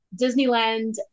disneyland